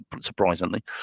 surprisingly